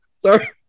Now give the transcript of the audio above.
Sorry